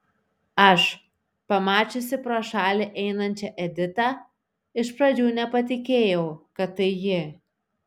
aš pamačiusi pro šalį einančią editą iš pradžių nepatikėjau kad tai ji